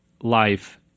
life